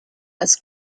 als